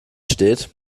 steht